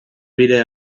bira